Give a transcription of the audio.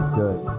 good